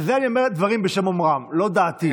אני אומר דברים בשם אומרם, לא דעתי.